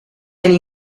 and